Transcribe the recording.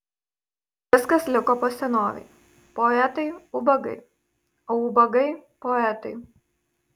juk viskas liko po senovei poetai ubagai o ubagai poetai